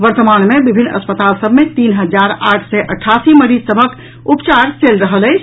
वर्तमान मे विभिन्न अस्पताल सभ मे तीन हजार आठ सय अठासी मरीज सभक उपचार चलि रहल अछि